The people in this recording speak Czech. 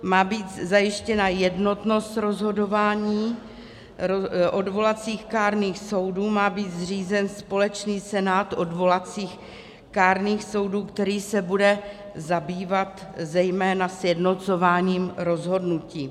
Má být zajištěna jednotnost rozhodování odvolacích kárných soudů, má být zřízen společný senát odvolacích kárných soudů, který se bude zabývat zejména sjednocováním rozhodnutí.